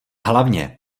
hlavně